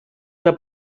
que